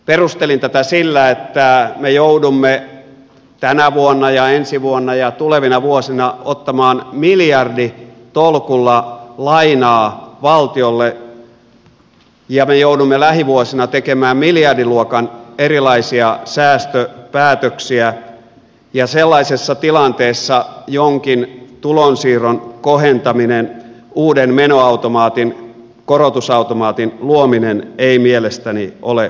perustelin tätä sillä että me joudumme tänä vuonna ja ensi vuonna ja tulevina vuosina ottamaan miljarditolkulla lainaa valtiolle ja me joudumme lähivuosina tekemään erilaisia miljardiluokan säästöpäätöksiä ja sellaisessa tilanteessa jonkin tulonsiirron kohentaminen uuden menoautomaatin korotusautomaatin luominen ei mielestäni ole perusteltua